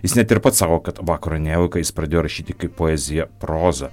jis net ir pats sako kad vakaro nejauką jis pradėjo rašyti kaip poeziją prozą